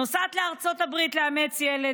נוסעת לארצות הברית לאמץ ילד.